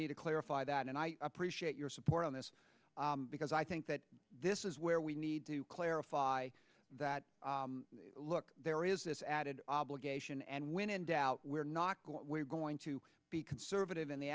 need to clarify that and i appreciate your support on this because i think that this is where we need to clarify that look there is this added obligation and when in doubt we're not we're going to be conservative in the